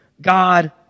God